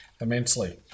immensely